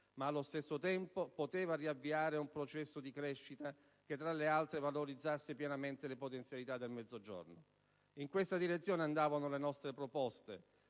ma allo stesso tempo poteva riavviare un processo di crescita che, tra le altre cose, valorizzasse pienamente le potenzialità del Mezzogiorno. In questa direzione andavano le nostre proposte: